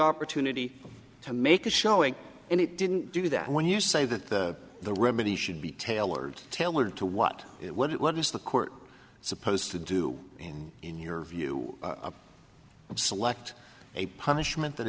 opportunity to make a showing and it didn't do that when you say that the remedy should be tailored tailored to what it what is the court supposed to do and in your view select a punishment that